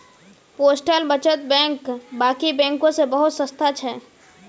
postal बचत bank बाकी बैंकों से बहुत सस्ता छे